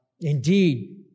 indeed